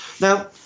Now